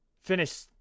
finish